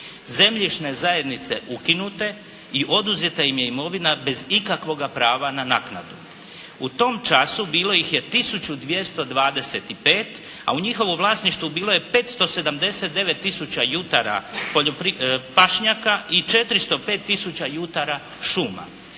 zemljišne zajednice ukinute i oduzeta im je imovina bez ikakvoga prava na naknadu. U tom času bilo ih je 1225 a u njihovu vlasništvu bilo je 579 jutara pašnjaka i 405 tisuća jutara šuma.